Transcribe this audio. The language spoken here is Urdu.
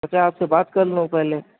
سوچا آپ سے بات کر لوں پہلے